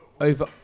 over